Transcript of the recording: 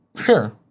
Sure